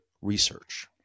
research